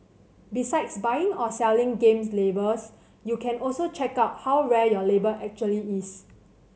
besides buying or selling game labels you can also check out how rare your label actually is